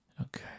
Okay